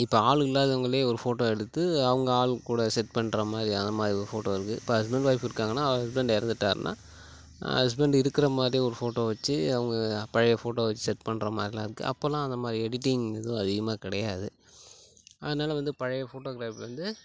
இப்போ ஆளு இல்லாதவங்களே ஒரு ஃபோட்டோ எடுத்து அவங்க ஆள் கூட செட் பண்ணுற மாதிரி அந்த மாதிரி ஒரு ஃபோட்டோ இருக்குது இப்போ ஹஸ்பண்ட் ஒய்ஃப் இருக்காங்கன்னால் ஹஸ்பண்ட் இறந்துட்டாருன்னா ஹஸ்பண்ட் இருக்குறமாரி ஒரு ஃபோட்டோ வச்சு அவங்க பழைய ஃபோட்டோ வச்சு செட் பண்ணுற மாதிரிலாம் இருக்கும் அப்பல்லாம் அந்தமாதிரி எடிட்டிங் எதுவும் அதிகமாக கிடையாது அதனால் வந்து பழைய ஃபோட்டோக்ராஃபி வந்து